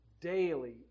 daily